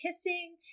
kissing